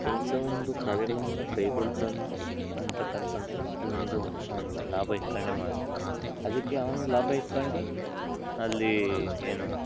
ಕೆಲಸ ಒಂದು ಕಾರ್ಯಗಳನ್ನು ಕೈಗೊಳ್ತಾನೆ ಅಂತಕ್ಕಂತಂದ್ರೆ ಅದೊಂದೂ ಅವನು ಲಾಭ ಇಟ್ಕೊಂಡೆ ಮಾಡ್ತಾರೆ ಅದಕ್ಕೆ ಅವನು ಲಾಭ ಹಿಡ್ಕೊಂಡು ಅಲ್ಲಿ ಏನೂ